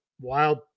wild